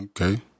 Okay